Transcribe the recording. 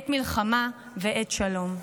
עת מלחמה ועת שלום".